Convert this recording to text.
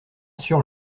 sûr